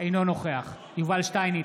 אינו נוכח יובל שטייניץ,